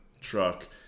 truck